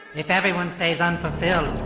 if everyone stays unfulfilled,